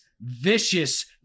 vicious